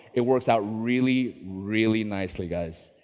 it works out really, really nicely guys.